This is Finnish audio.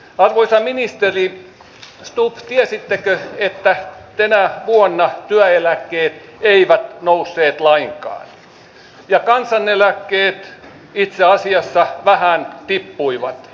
arvoisa ministeri stubb tiesittekö että tänä vuonna työeläkkeet eivät nousseet lainkaan ja kansaneläkkeet itse asiassa vähän tippuivat